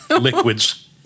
liquids